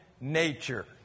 nature